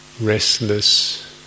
restless